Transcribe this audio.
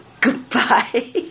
Goodbye